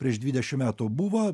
prieš dvidešim metų buvo